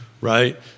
Right